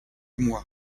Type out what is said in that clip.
mois